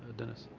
denis.